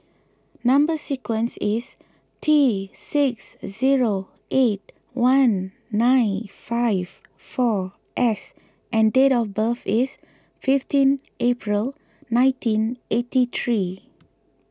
Number Sequence is T six zero eight one nine five four S and date of birth is fifteen April nineteen eighty three